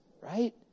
right